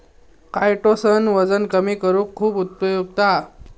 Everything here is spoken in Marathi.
कायटोसन वजन कमी करुक खुप उपयुक्त हा